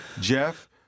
Jeff